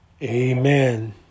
Amen